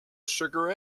sugar